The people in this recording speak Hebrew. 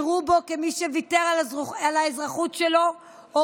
יראו בו כמי שוויתר על האזרחות שלו או